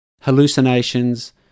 hallucinations